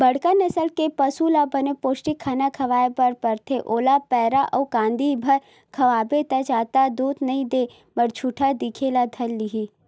बड़का नसल के पसु ल बने पोस्टिक खाना खवाए बर परथे, ओला पैरा अउ कांदी भर खवाबे त जादा दूद नइ देवय मरझुरहा दिखे ल धर लिही